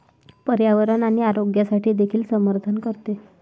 पर्यावरण आणि आरोग्यासाठी देखील समर्थन करते